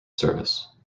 service